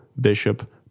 Bishop